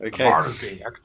Okay